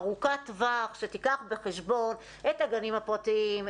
ארוכת טווח שתיקח בחשבון את הגנים הפרטיים,